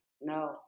no